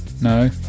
No